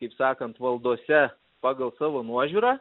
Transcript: kaip sakant valdose pagal savo nuožiūrą